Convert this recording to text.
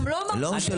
הם לא אומרים שלא.